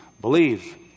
believe